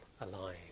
Alive